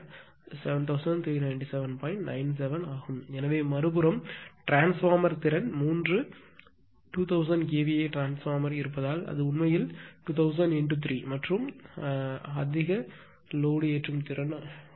97 ஆகும் எனவே மறுபுறம் டிரான்ஸ்பார்மர் திறன் மூன்று 2000 KVA ட்ரான்ஸ்பார்மர் இருப்பதால் எனவே அது உண்மையில் 2000 × 3 மற்றும் அதிக ஏற்றும் திறன் 1